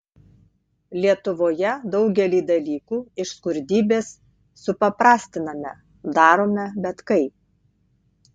lietuvoje daugelį dalykų iš skurdybės supaprastiname darome bet kaip